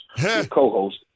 co-host